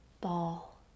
ball